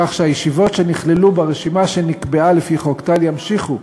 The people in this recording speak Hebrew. כך שהישיבות שנכללו ברשימה שנקבעה לפי חוק טל ימשיכו